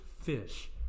fish